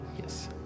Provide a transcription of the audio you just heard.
Yes